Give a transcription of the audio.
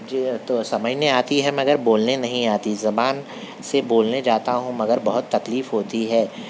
جی تو سمجھنے آتی ہے مگر بولنے نہیں آتی زبان سے بولنے جاتا ہوں مگر بہت تکلیف ہوتی ہے